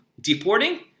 deporting